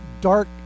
dark